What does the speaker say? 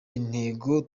intego